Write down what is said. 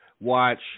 watch